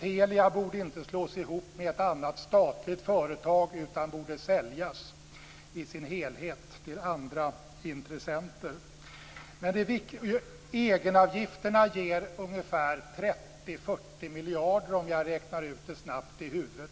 Telia borde inte slås ihop med ett annat statligt företag utan borde säljas i sin helhet till andra intressenter. Egenavgifterna ger ungefär 30-40 miljarder, om jag räknar ut det snabbt i huvudet.